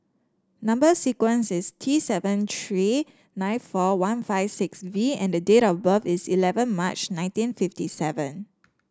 number sequence is T seven three nine four one five six V and date of birth is eleven March nineteen fifty seven